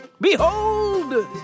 Behold